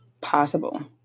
possible